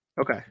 Okay